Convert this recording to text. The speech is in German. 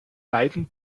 beiden